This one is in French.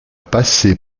passé